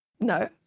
No